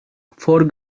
four